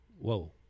whoa